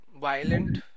violent